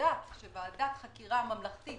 חקירה ממלכתית